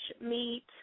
meat